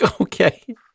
Okay